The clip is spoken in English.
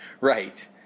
Right